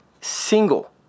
single